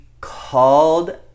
called